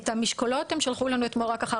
את המשקולות הם שלחו לנו רק אתמול אחר